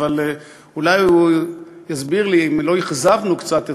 אבל אולי הוא יסביר לי אם לא אכזבנו קצת את